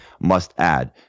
must-add